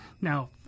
Now